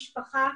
משפחה,